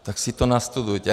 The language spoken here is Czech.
Tak si to nastudujete.